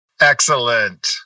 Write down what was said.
excellent